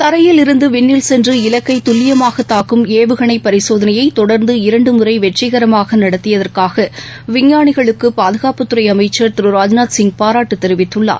தரையில் இருந்து விண்ணில் சென்று இலக்கை துல்லியமாக தாக்கும் ஏவுகணை பரிசோதனையை தொடர்ந்து இரண்டு முறை வெற்றிகரமாக நடத்தியதற்காக விஞ்ஞானிகளுக்கு பாதுகாப்புத்துறை அமைச்சர் திரு ராஜ்நாத் சிங் பாராட்டு தெரிவித்துள்ளார்